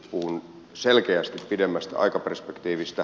puhun selkeästi pidemmästä aikaperspektiivistä